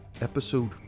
Episode